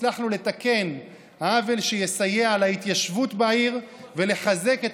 הצלחנו לתקן עוול, לסייע להתיישבות בעיר ולחזק את